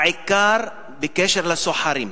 בעיקר בקשר לסוחרים,